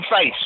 face